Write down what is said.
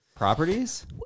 Properties